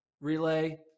relay